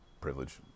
privilege